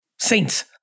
Saints